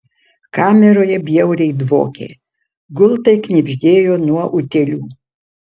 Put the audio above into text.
kameroje bjauriai dvokė gultai knibždėjo nuo utėlių